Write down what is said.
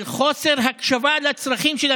אתה יודע למה הוספנו?